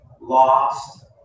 lost